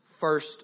first